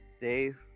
Dave